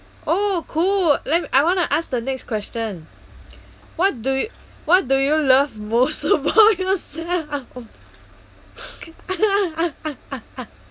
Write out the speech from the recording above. oh cool let m~ I want to ask the next question what do what do you love most about yourself